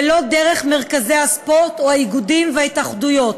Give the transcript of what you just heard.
ולא דרך מרכזי הספורט או האיגודים וההתאחדויות,